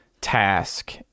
task